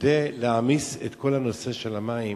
כדי להעמיס את כל נושא המים